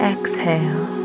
Exhale